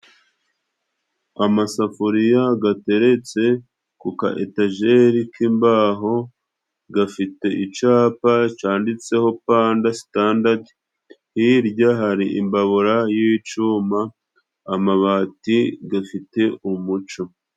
Amasafuriya gateretse kuka etajeri k'imbaho gafite icapa cyanditseho panda sitandadi, hirya hari imbabura y'icuma, amabati gafite umuco.